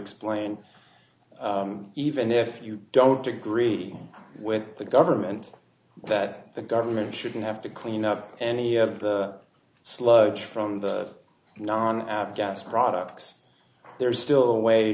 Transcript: explain even if you don't agree with the government that the government shouldn't have to clean up any sludge from the non afghan's products there is still a way